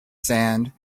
sand